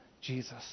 Jesus